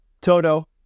Toto